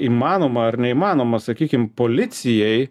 įmanoma ar neįmanoma sakykim policijai